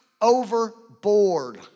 overboard